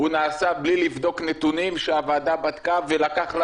הוא נעשה בלי לבדוק נתונים שהוועדה בדקה ולקח לה